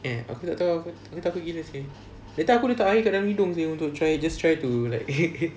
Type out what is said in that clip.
eh aku tak tahu aku aku takut gila seh that time aku letak air dalam hidung seh to try just try to